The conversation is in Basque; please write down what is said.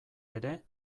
ere